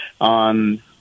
on